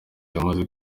yamaze